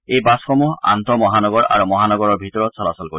এই বাছসমূহ আন্তঃমহানগৰ আৰু মহানগৰৰ ভিতৰত চলাচল কৰিব